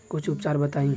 कुछ उपचार बताई?